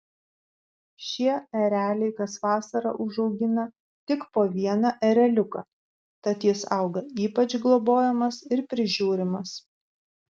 šie ereliai kas vasarą užaugina tik po vieną ereliuką tad jis auga ypač globojamas ir prižiūrimas